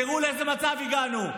תראו לאיזה מצב הגענו.